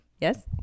Yes